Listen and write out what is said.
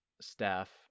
staff